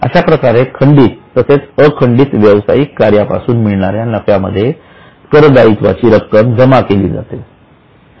अशाप्रकारे खंडित तसेच अखंडित व्यवसायिक कार्यापासून मिळणाऱ्या नफ्यामध्ये करदायत्वाची रक्कम जमा केली जाते